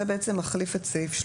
זה המינוי.